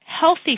healthy